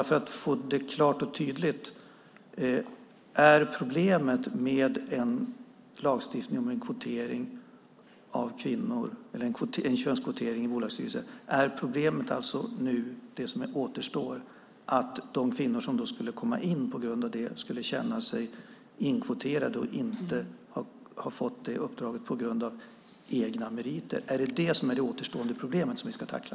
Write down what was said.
För att det ska bli klart och tydligt undrar jag: Är det nu återstående problemet med lagstiftning om könskvotering i bolagsstyrelser att de kvinnor som kommit in på så sätt skulle känna sig inkvoterade, att de skulle känna att de inte fått uppdraget på egna meriter? Är det alltså det återstående problemet för oss att tackla?